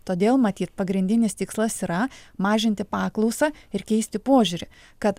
todėl matyt pagrindinis tikslas yra mažinti paklausą ir keisti požiūrį kad